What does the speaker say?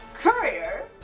Courier